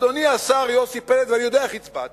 אדוני השר יוסי פלד, ואני יודע איך הצבעת,